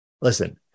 listen